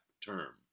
term